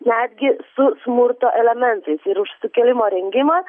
netgi su smurto elementais ir už sukėlimo rengimą